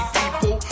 people